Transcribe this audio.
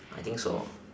I think so